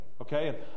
okay